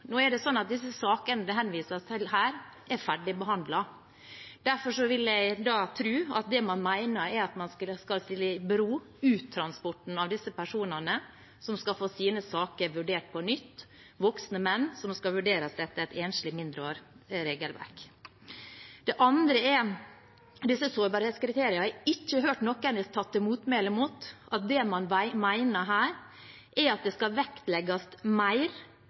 Nå er det sånn at disse sakene som det henvises til her, er ferdigbehandlet. Derfor vil jeg tro at det man mener, er at man skal stille i bero uttransporten av disse personene som skal få sine saker vurdert på nytt – voksne menn som skal vurderes etter et enslig mindreårig-regelverk. Det andre er disse sårbarhetskriteriene. Jeg har ikke hørt noen har tatt til motmæle mot at det man mener her, er at det skal vektlegges mer,